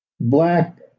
black